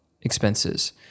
expenses